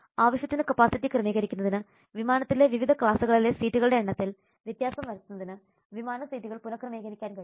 ആവശ്യത്തിന് കപ്പാസിറ്റി ക്രമീകരിക്കുന്നതിന് വിമാനത്തിലെ വിവിധ ക്ലാസുകളിലെ സീറ്റുകളുടെ എണ്ണത്തിൽ വ്യത്യാസം വരുത്തുന്നതിന് വിമാന സീറ്റുകൾ പുനക്രമീകരിക്കാൻ കഴിയും